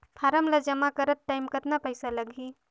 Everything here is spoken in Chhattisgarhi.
फारम ला जमा करत टाइम कतना पइसा लगही?